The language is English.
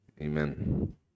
Amen